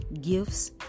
gifts